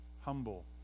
humble